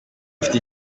afite